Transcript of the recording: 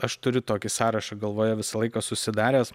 aš turiu tokį sąrašą galvoje visą laiką susidaręs